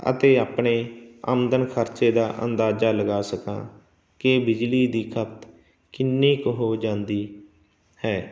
ਅਤੇ ਆਪਣੇ ਆਮਦਨ ਖਰਚੇ ਦਾ ਅੰਦਾਜ਼ਾ ਲਗਾ ਸਕਾਂ ਕਿ ਬਿਜਲੀ ਦੀ ਖਪਤ ਕਿੰਨੀ ਕੁ ਹੋ ਜਾਂਦੀ ਹੈ